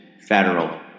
federal